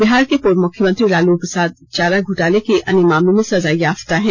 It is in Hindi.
बिहार के पूर्व मुख्यमंत्री लालू प्रसाद चारा घोटाले के अन्य मामलों में सजायाफ्ता हैं